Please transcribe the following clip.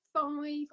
five